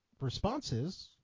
responses